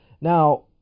Now